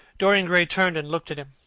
dorian gray turned and looked at him.